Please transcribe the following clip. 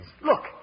Look